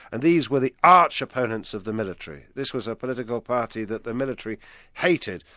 and these were the arch-opponents of the military. this was a political party that the military hated,